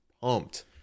pumped